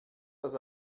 das